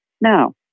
No